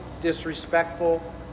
disrespectful